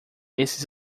esses